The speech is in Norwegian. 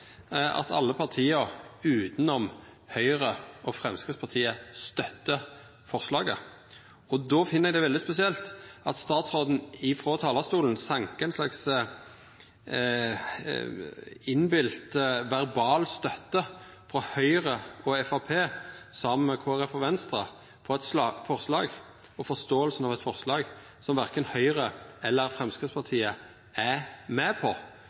at alle parti, utanom Høgre og Framstegspartiet, støttar forslaget. Då finn eg det veldig spesielt at statsråden, frå talarstolen, sankar ein slags innbilt verbal støtte frå Høgre og Framstegspartiet, saman med Kristeleg Folkeparti og Venstre, for eit forslag og forståinga av eit forslag som verken Høgre eller Framstegspartiet er med på.